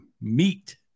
meat